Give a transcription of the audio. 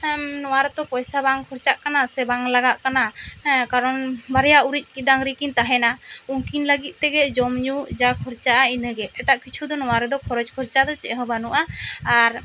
ᱱᱚᱣᱟ ᱨᱮᱛᱚ ᱯᱚᱭᱥᱟ ᱵᱟᱝ ᱠᱷᱚᱨᱪᱟᱜ ᱠᱟᱱᱟ ᱥᱮ ᱵᱟᱝ ᱞᱟᱜᱟᱜ ᱠᱟᱱᱟ ᱠᱟᱨᱚᱱ ᱵᱟᱨᱭᱟ ᱩᱲᱤᱫ ᱰᱟᱝᱨᱤ ᱠᱤᱱ ᱛᱟᱦᱮᱱᱟ ᱩᱱᱠᱤᱱ ᱞᱟᱹᱜᱤᱫ ᱛᱮᱜᱮ ᱡᱚᱢ ᱧᱩ ᱡᱟ ᱠᱷᱚᱨᱪᱟᱜ ᱟ ᱩᱱᱟᱹᱜ ᱜᱮ ᱮᱴᱟᱜ ᱠᱤᱪᱷᱩ ᱫᱚ ᱱᱚᱣᱟ ᱨᱮᱫᱚ ᱠᱷᱚᱨᱚᱪ ᱠᱷᱚᱨᱪᱟ ᱫᱚ ᱪᱮᱫᱦᱚᱸ ᱵᱟᱹᱱᱩᱜᱼᱟ ᱟᱨ